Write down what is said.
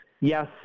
yes